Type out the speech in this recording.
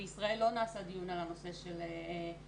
אבל בישראל לא נעשה דיון על הנושא של עבודה